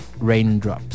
Raindrops